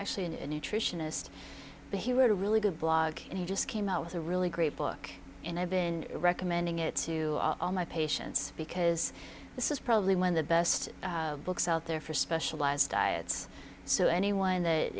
actually in a nutritionist but he wrote a really good blog and he just came out with a really great book and i've been recommending it to all my patients because this is probably one the best books out there for specialized diets so anyone that